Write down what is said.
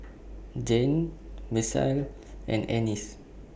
Jeane Misael and Ennis